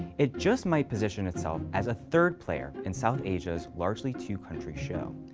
it just might position itself as a third player in south asia's largely two-country show.